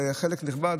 זה חלק נכבד.